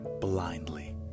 blindly